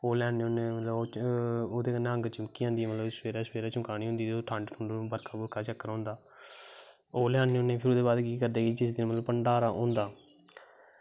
ओह्दै कन्नैं मतलव अग्ग चमकी जंदी मतलव सवेरैं सवेरैं चमकानी होंदी ठंड जां बर्खा दा चक्कर होंदा ओह् बाद् ते फिर केह् करदे कि भंडारा होंदा